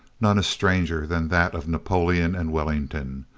none is stranger than that of napoleon and wellington,